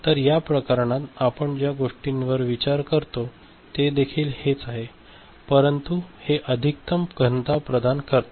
तर या प्रकरणात आपण ज्या गोष्टींवर विचार करतो ते देखील हेच आहे परंतु हे अधिकतम घनता प्रदान करते